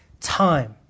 time